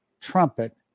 trumpet